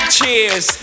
Cheers